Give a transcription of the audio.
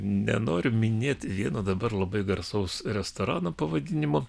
nenoriu minėt vieno dabar labai garsaus restorano pavadinimo